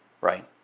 Right